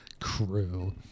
Crew